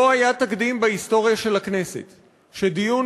לא היה תקדים בהיסטוריה של הכנסת שדיון